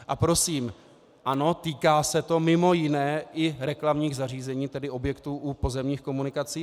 A prosím, ano, týká se to mimo jiné i reklamních zařízení, tedy objektů u pozemních komunikací.